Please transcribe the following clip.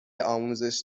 آموزش